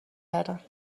کردند